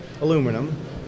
Aluminum